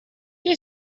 you